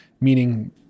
Meaning